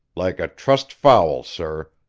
like a trussed fowl, sir.